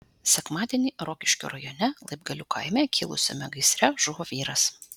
sekmadienį rokiškio rajone laibgalių kaime kilusiame gaisre žuvo vyras